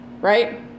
Right